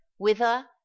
whither